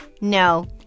No